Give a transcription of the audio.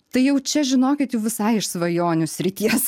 tai jau čia žinokit jau visai iš svajonių srities